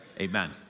Amen